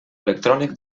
electrònic